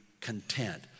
content